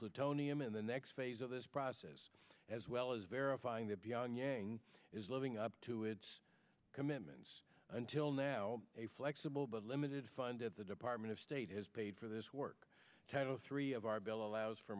plutonium in the next phase of this process as well as verifying that pyongyang is living up to its commitments until now a flexible but limited fund at the department of state is paid for this work title three of our bill allows for